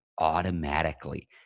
automatically